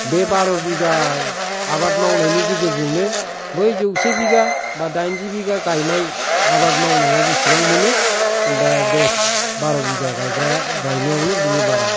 बे बार' बिगा आबाद मावनायनि गेजेरजोंनो बै जौसे बिगा बा दाइन जि बिगा गायनाय आबाद मावनायाव जेसेबां मोनो दा दस बार' बिगा गायग्रा गायनायावनो बिनि बारा